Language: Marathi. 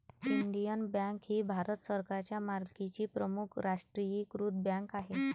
इंडियन बँक ही भारत सरकारच्या मालकीची प्रमुख राष्ट्रीयीकृत बँक आहे